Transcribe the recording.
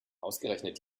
ausgerechnet